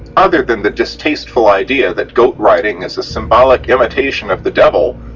other than the distasteful idea that goat riding is a symbolic imitation of the devil,